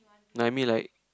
no I mean like